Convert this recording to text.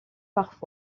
parfois